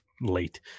late